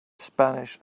spanish